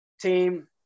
team